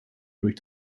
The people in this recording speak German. durch